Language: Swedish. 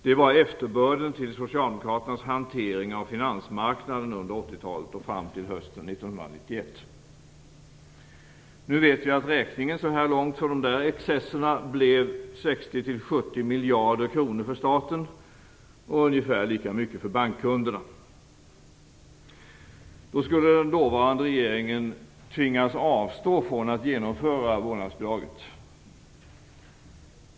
Det var efterbörden till Socialdemokraternas hantering av finansmarknaden under 80-talet och fram till hösten 1991. Nu vet vi att räkningen så här långt för de excesserna blev 60-70 miljarder kronor för staten och ungefär lika mycket för bankkunderna. Då skulle den dåvarande regeringen tvingas avstå från att genomföra vårdnadsbidraget.